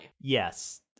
Yes